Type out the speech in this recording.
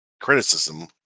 criticism